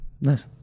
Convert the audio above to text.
Nice